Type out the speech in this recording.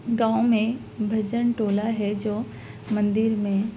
گاؤں میں بھجن ٹولہ ہے جو مندر میں